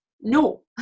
no